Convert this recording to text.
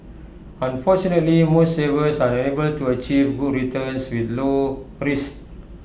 unfortunately most savers are unable to achieve good returns with low risk